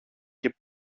και